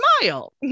smile